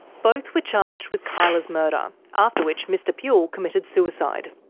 both were charged with kyla's murder, after which mr puhle committed suicide.